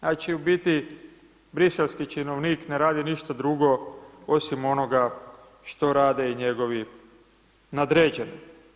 Znači u biti briselski činovnik ne radi ništa drugo osim onoga što rade i njegovi nadređeni.